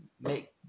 make